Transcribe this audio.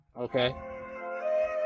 Okay